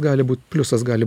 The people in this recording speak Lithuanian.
gali būt pliusas gali